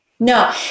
No